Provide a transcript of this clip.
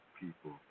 people